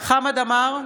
חמד עמאר,